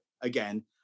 again